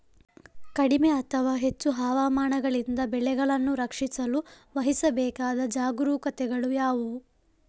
ಕಡಿಮೆ ಅಥವಾ ಹೆಚ್ಚು ಹವಾಮಾನಗಳಿಂದ ಬೆಳೆಗಳನ್ನು ರಕ್ಷಿಸಲು ವಹಿಸಬೇಕಾದ ಜಾಗರೂಕತೆಗಳು ಯಾವುವು?